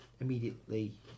immediately